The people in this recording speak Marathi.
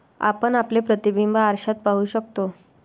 आपण आपले प्रतिबिंब आरशात पाहू शकतो